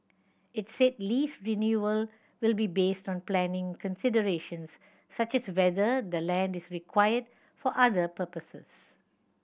it said lease renewal will be based on planning considerations such as whether the land is required for other purposes